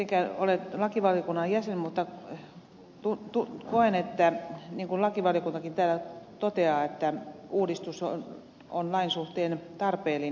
en ole lakivaliokunnan jäsen mutta koen niin kuin lakivaliokuntakin täällä toteaa että uudistus on lain suhteen tarpeellinen